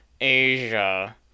Asia